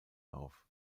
auf